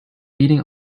beating